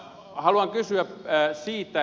haluan kysyä siitä